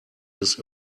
this